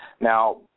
Now